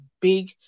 big